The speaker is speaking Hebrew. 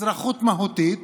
אזרחות מהותית.